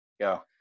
Go